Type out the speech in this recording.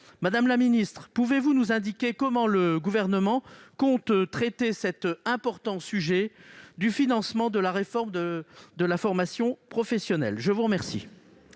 Madame la ministre, pouvez-vous nous indiquer comment le Gouvernement compte traiter ce sujet important qu'est le financement de la réforme de la formation professionnelle ? La parole